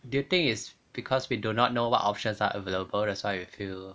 do you think it's because we do not know what options are available that's why we feel